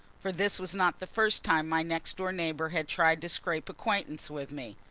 for this was not the first time my next-door neighbor had tried to scrape acquaintance with me.